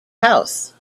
house